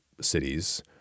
cities